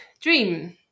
dream